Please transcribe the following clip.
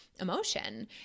emotion